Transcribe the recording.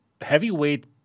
heavyweight